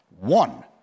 One